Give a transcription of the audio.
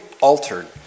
altered